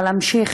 אבל אמשיך,